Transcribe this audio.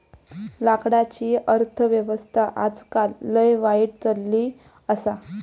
लाकडाची अर्थ व्यवस्था आजकाल लय वाईट चलली आसा